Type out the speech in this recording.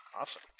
Awesome